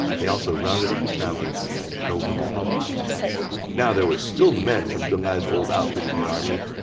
they also rounded up his family and killed them all now, there were still men from deng ai's old outfit in the army.